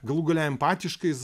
galų gale empatiškais